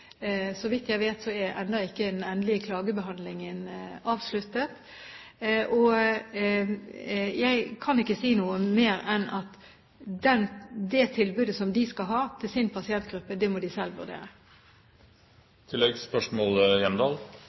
Så vidt jeg vet, er den endelige klagebehandlingen ennå ikke avsluttet. Jeg kan ikke si noe mer enn at det tilbudet som de skal gi sin pasientgruppe, må de selv vurdere.